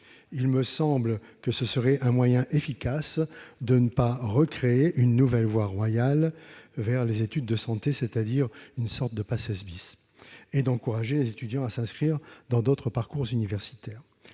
Il me semble que ce serait un moyen efficace de ne pas recréer une nouvelle voie royale vers les études de santé, c'est-à-dire une sorte de Paces, et d'encourager les étudiants à s'inscrire dans d'autres parcours universitaires.